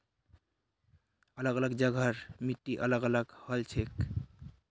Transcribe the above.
अलग अलग जगहर मिट्टी अलग अलग हछेक